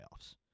playoffs